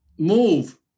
Move